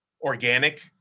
organic